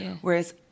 whereas